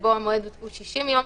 שבו המועד הוא 60 יום,